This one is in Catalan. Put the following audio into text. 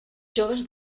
joves